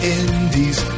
indies